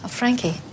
Frankie